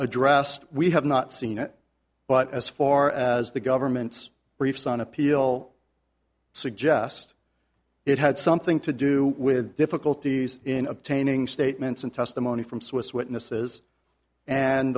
addressed we have not seen it but as far as the government's briefs on appeal suggest it had something to do with difficulties in obtaining statements and testimony from swiss witnesses and